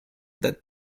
that